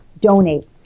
Donate